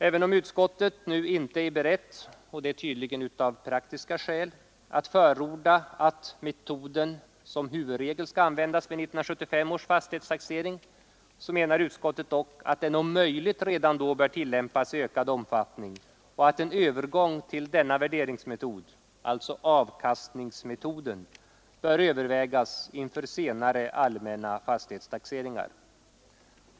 Även om utskottet nu inte är berett — det är tydligen av praktiska skäl — att förorda att metoden som huvudregel skall användas vid 1975 års fastighetstaxering, menar utskottet dock att den om möjligt redan då bör tillämpas i ökad omfattning och att en övergång till denna värderingsmetod — alltså avkastningsmetoden — bör övervägas inför senare allmänna fastighetstaxeringar.